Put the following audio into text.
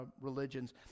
religions